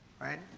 right